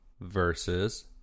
versus